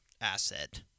asset